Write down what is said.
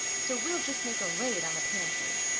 so we'll just make a raid on the pantry.